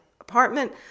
apartment